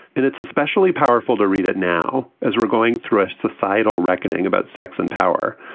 and it's especially powerful to read it now as we're going through a societal reckoning about sex and power.